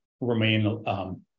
remain